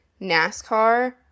NASCAR